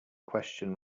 question